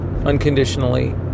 unconditionally